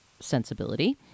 sensibility